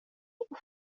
och